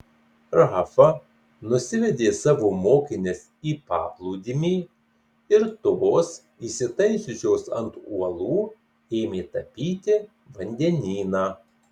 rafa nusivedė savo mokines į paplūdimį ir tos įsitaisiusios ant uolų ėmė tapyti vandenyną